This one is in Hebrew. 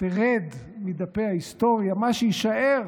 תרד מדפי ההיסטוריה, מה שיישאר